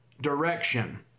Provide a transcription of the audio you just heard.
Direction